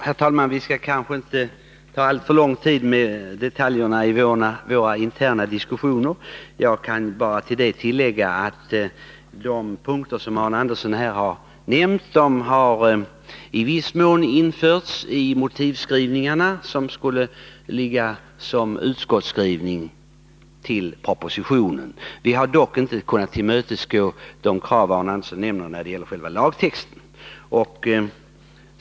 Herr talman! Vi skall kanske inte offra alltför mycket av kammarens tid på detaljer i våra interna diskussioner. Jag kan bara tillägga att de punkter som Arne Andersson i Ljung här nämnde i viss mån har införts i motiveringen till vad som skulle vara utskottets skrivning över propositionen. Vi har dock inte kunnat tillmötesgå de krav när det gäller själva lagtexten som Arne Andersson nämnde.